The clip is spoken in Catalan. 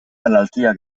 malaltia